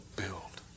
build